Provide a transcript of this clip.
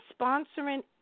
sponsoring